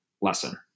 lesson